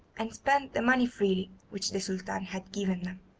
and spent the money freely which the sultan had given them,